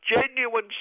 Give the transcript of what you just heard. genuine